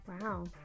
Wow